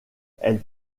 elle